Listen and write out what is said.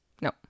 No